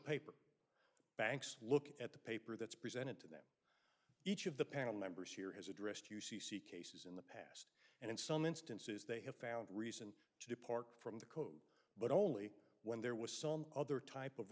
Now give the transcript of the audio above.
paper banks look at the paper that's presented to them each of the panel members here has addressed you ceased and in some instances they have found reason to depart from the code but only when there was some other type of